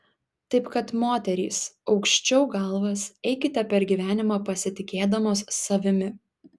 taip kad moterys aukščiau galvas eikite per gyvenimą pasitikėdamos savimi